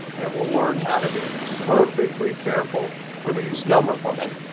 and we'll learn how to be perfectly careful when we use number formatting.